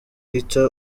guitar